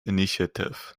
initiative